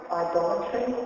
idolatry